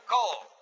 Cole